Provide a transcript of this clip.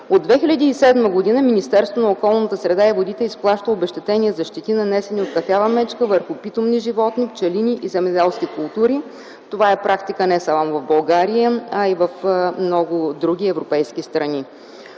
От 2007 г. Министерството на околната среда и водите изплаща обезщетение за щети, нанесени от кафява мечка върху питомни животни, пчели и земеделски култури. Това е практика не само в България, а и в много други европейски страни.